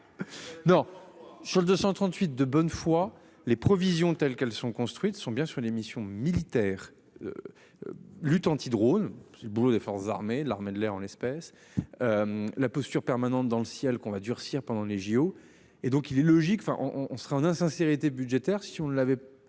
Non sur le 238 de bonne foi les provisions telles qu'elles sont construites sont bien sûr les missions militaires. Lutte anti-drone, c'est le boulot des forces armées, l'armée de l'air en l'espèce. La posture permanente dans le ciel qu'on va durcir pendant les JO. Et donc il est logique, enfin on, on sera en insincérité budgétaire. Si on ne l'avait.